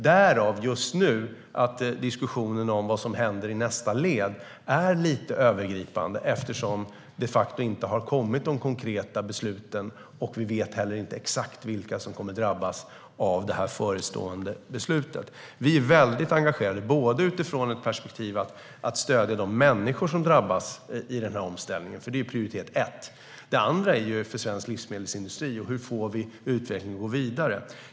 Därför är diskussionen just nu om vad som händer i nästa led lite övergripande, eftersom de facto det konkreta beslutet inte har kommit. Vi vet heller inte exakt vilka som kommer att drabbas av det förestående beslutet. Vi är väldigt engagerade, både utifrån perspektivet att stödja de människor som drabbas i den här omställningen - det är prioritet ett - och hur vi får utvecklingen att gå vidare i svensk livsmedelsindustri.